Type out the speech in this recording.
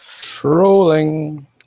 Trolling